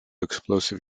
explosive